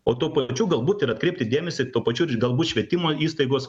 o tuo pačiu galbūt ir atkreipti dėmesį tuo pačiu ir galbūt švietimo įstaigos